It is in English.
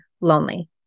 lonely